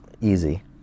easy